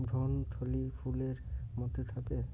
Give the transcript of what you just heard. ভ্রূণথলি ফুলের মধ্যে থাকে